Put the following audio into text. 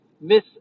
miss